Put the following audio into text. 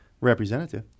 representative